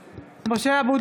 (קוראת בשמות חברי הכנסת) משה אבוטבול,